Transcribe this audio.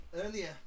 Earlier